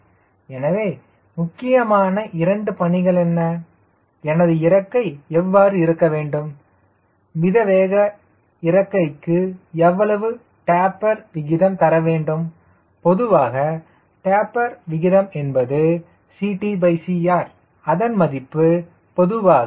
எனவே முக்கியமான இரண்டு பணிகள் என்ன எனது இறக்கை எவ்வாறு இருக்க வேண்டும் மித வேக இறக்கைக்கு எவ்வளவு டேப்பர் விகிதம் தரவேண்டும் பொதுவாக டேப்பர் விகிதம் என்பது CTCR அதன் மதிப்பு பொதுவாக 0